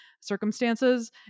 circumstances